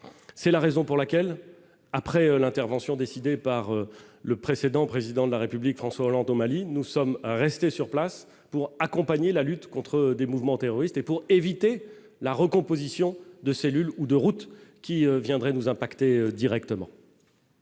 c'est la raison pour laquelle, après l'intervention décidée par le précédent président de la République, François Hollande, au Mali, nous sommes restés sur place pour accompagner la lutte contre des mouvements terroristes et pour éviter la recomposition de cellules ou de routes qui viendraient nous impacter directement.